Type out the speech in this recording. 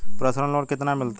Personal loan कितना मिलता है?